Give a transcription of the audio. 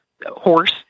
horse